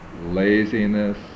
laziness